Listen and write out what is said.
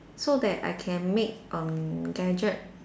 so that I can make um gadget